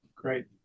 Great